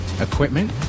equipment